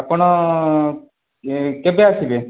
ଆପଣ କେବେ ଆସିବେ